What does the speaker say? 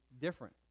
different